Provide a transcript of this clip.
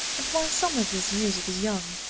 and while some of his music is young,